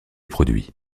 produits